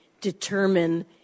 determine